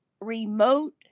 remote